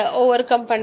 overcome